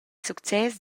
success